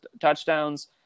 touchdowns